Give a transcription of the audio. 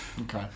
Okay